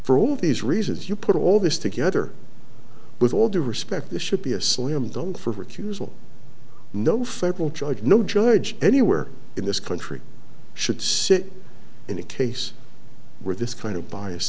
for all these reasons you put all this together with all due respect this should be a slam dunk for recusal no federal judge no judge anywhere in this country should sit in a case where this kind of bias